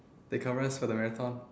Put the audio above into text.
they cover us for the marathon